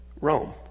Rome